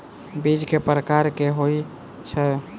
बीज केँ प्रकार कऽ होइ छै?